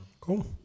Cool